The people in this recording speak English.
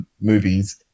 movies